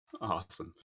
awesome